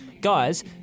Guys